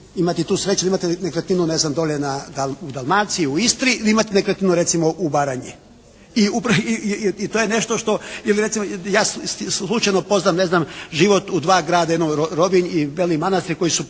imati tu sreću imate li nekretninu ne znam dolje u Dalmaciji, u Istri ili imate nekretninu recimo u Baranji. Ili recimo ja slučajno poznam ne znam život u dva grada, Rovinj i Beli Manastir koja su po veličini